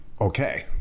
Okay